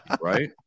right